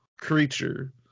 creature